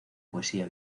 poesía